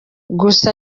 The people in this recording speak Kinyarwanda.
gusa